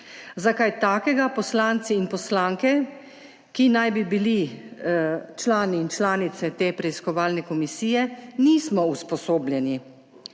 Za kaj takega poslanci in poslanke, ki naj bi bili člani in članice te preiskovalne komisije, nismo usposobljeni.